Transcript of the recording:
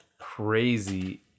crazy